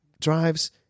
drives